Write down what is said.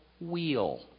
wheel